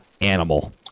animal